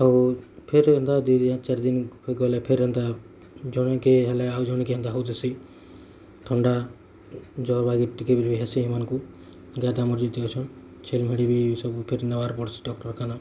ଆଉ ଫେର ଏନ୍ତା ଦି ଦିନେ ଚାର ଦିନ ଫେର ଗଲେ ଫେର ଏନ୍ତା ଜଣେ କେ ହେଲେ ଆଉ ଜଣେ କେ ଏନ୍ତା ହଉ ଥସି ଥଣ୍ଡା ଜ୍ୱର ବାକି ଟିକେ ବି ହେସି ଏମାନଙ୍କୁ ଆମର ଯେତେ ଅଛ ଛେଲ ମେଢ଼ୀ ବି ସବୁ ଫେର ନେବାର୍ ପଡ଼୍ସି ଡକ୍ଟରଖାନା